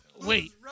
Wait